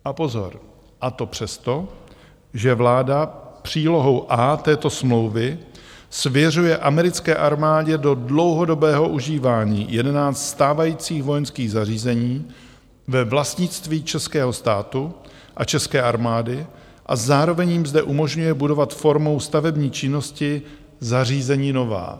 A pozor, a to přesto, že vláda přílohou této smlouvy svěřuje americké armádě do dlouhodobého užívání 11 stávajících vojenských zařízení ve vlastnictví českého státu a české armády a zároveň jim zde umožňuje budovat formou stavební činnosti zařízení nová.